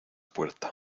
puerta